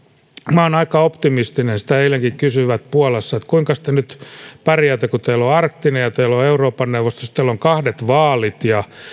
minä olen aika optimistinen sitä eilenkin kysyivät puolassa että kuinkas te nyt pärjäätte kun teillä on arktinen ja teillä on euroopan neuvosto sitten teillä on kahdet vaalit ja